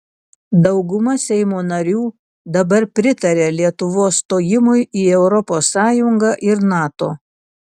dauguma seimo narių dabar pritaria lietuvos stojimui į europos sąjungą ir nato